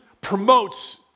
promotes